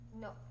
No